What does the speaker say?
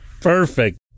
perfect